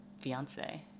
fiance